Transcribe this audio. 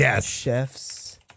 Chef's